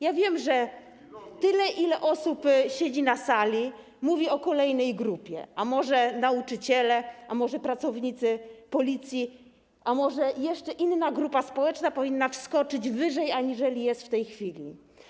Ja wiem, że ile osób siedzi na sali, tyle mówi o kolejnej grupie: a może nauczyciele, a może pracownicy Policji, a może jeszcze inna grupa społeczna powinna wskoczyć wyżej aniżeli jest w tej chwili.